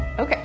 Okay